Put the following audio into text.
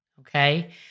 okay